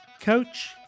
Coach